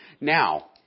now